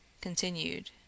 continued